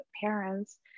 parents